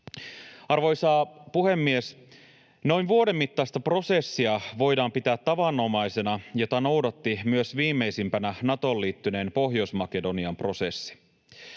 Arvoisa puhemies! Noin vuoden mittaista prosessia voidaan pitää tavanomaisena, ja sitä noudatti myös viimeisimpänä Natoon liittyneen Pohjois-Makedonian prosessi.